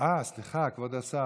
סליחה כבוד השר,